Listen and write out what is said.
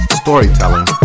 storytelling